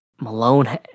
Malone